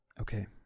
okay